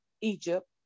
Egypt